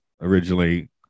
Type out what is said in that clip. originally